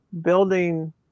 building